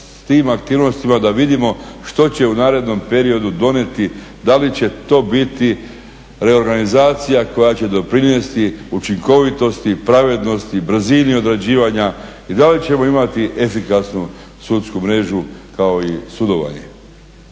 s tim aktivnostima da vidimo što će u narednom periodu donijeti, da li će to biti reorganizacija koja će doprinijeti učinkovitosti, pravednosti, brzini odrađivanja i da li ćemo imati efikasnu sudsku mrežu kao i sudovanje.